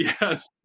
yes